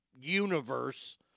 universe